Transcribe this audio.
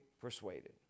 persuaded